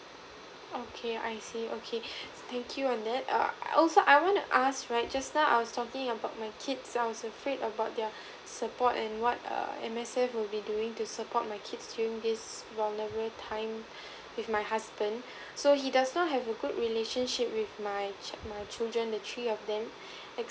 okay I see okay thank you on that err also I wanna ask right just now I was talking about my kids I was afraid about their support and what err M_S_F will be doing to support my kids during this vulnerable time with my husband so he does not has a good relationship with my chi~ my children the three of them